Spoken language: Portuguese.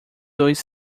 dois